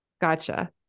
gotcha